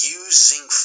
using